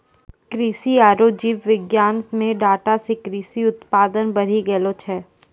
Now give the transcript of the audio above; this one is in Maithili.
कृषि आरु जीव विज्ञान मे डाटा से कृषि उत्पादन बढ़ी गेलो छै